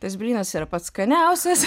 tas blynas yra pats skaniausias